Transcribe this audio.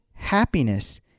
Happiness